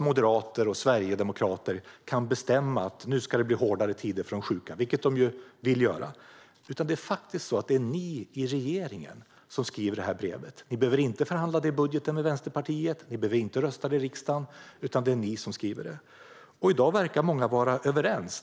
Moderater och sverigedemokrater kan inte bestämma att det ska bli hårdare tider för de sjuka, vilket de ju vill göra, utan det är faktiskt ni i regeringen som skriver detta brev. Ni behöver inte förhandla om det med Vänsterpartiet i samband med budgeten, och ni behöver inte rösta om det i riksdagen. Det är ni som skriver det. I dag verkar många vara överens.